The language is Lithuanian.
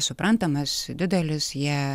suprantamas didelis jie